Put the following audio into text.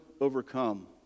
overcome